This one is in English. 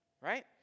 right